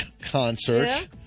concert